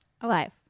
Alive